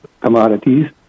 commodities